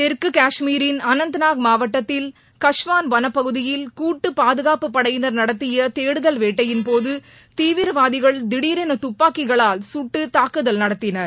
தெற்கு காஷ்மீரின் அனந்தநாக் மாவட்டத்தில் கஷ்வான் வனப்பகுதியில் கூட்டு பாதுகாப்புப் படையினர் நடத்திய தேடுதல் வேட்டையின்போது தீவிரவாதிகள் திடரென துப்பாக்கிகளால் சுட்டு தாக்குதல் நடத்தினர்